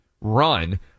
run